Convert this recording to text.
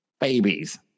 Babies